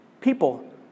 People